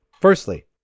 Firstly